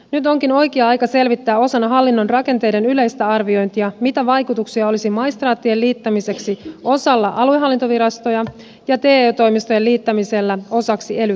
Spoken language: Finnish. nyt onkin oikea aika selvittää osana hallinnon rakenteiden yleistä arviointia mitä vaikutuksia olisi maistraattien liittämisellä osaksi aluehallintovirastoja ja te toimistojen liittämisellä osaksi ely keskuksia